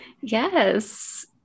Yes